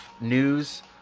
news